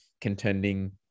contending